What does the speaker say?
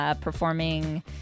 performing